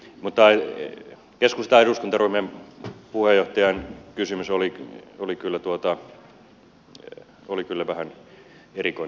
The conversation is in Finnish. mutta keskustan eduskuntaryhmän puheenjohtajan kysymys oli kyllä vähän erikoinen tässä suhteessa